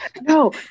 No